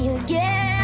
again